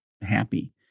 happy